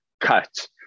cut